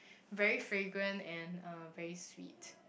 very fragrant and uh very sweet